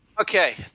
okay